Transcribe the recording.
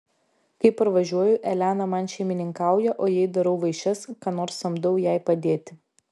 kai parvažiuoju elena man šeimininkauja o jei darau vaišes ką nors samdau jai padėti